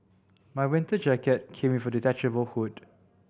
my winter jacket came with a detachable hood